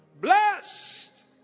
Blessed